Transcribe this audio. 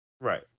Right